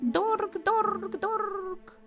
durk durk durk